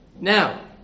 Now